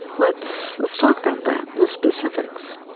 let's let's talk about that, the specifics